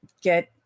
get